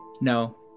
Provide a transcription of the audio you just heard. No